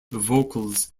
vocals